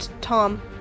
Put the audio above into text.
Tom